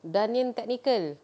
danyon technical